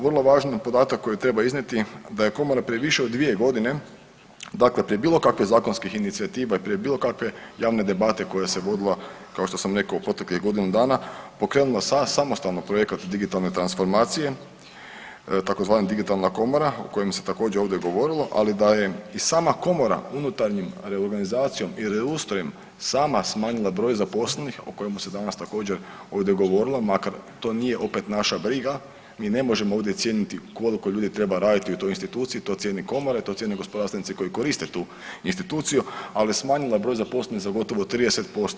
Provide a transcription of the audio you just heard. Vrlo važan podatak koji treba iznijeti da je komora prije više od 2 godine, dakle prije bilo kakvih zakonskih inicijativa i prije bilo kakve javne debate koja se vodila kao što sam rekao u proteklih godinu danas pokrenula samostalno projekat digitalne transformacije tzv. digitalna komora o kojem se također ovdje govorilo, ali da je i sama komora unutarnjom reorganizacijom ili reustrojem sama smanjila broj zaposlenih o kojemu se danas također ovdje govorilo makar to nije opet naša briga, mi ne možemo ovdje cijeniti koliko ljudi treba raditi u toj instituciji to cijeni komora i to cijene gospodarstvenici koji koriste tu instituciju, ali smanjila broj zaposlenih za gotovo 30%